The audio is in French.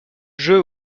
jeux